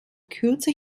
kürze